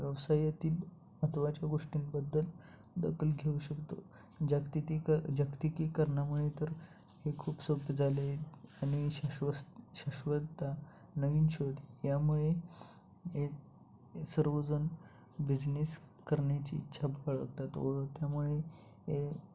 व्यवसायातील महत्वाच्या गोष्टींबद्दल दखल घेऊ शकतो जागतिकी जागतिकीकरणामुळे तर हे खूप सोपे झाले आहेत आणि शाश्वस् शाश्वत्ता नवीन शोध यामुळे हे हे सर्वजण बिझनेस करण्याची इच्छा बाळगतात व त्यामुळे हे